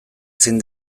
zein